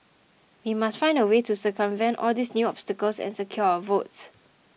we must find a way to circumvent all these new obstacles and secure our votes